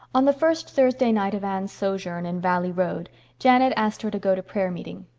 on the first thursday night of anne's sojourn in valley road janet asked her to go to prayer-meeting.